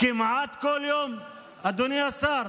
כמעט כל יום, אדוני השר?